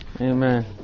Amen